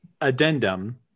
Addendum